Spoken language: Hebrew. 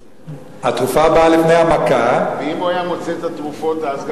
הוא היה מוצא את התרופות אז,